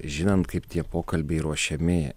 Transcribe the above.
žinant kaip tie pokalbiai ruošiami